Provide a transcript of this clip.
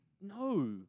no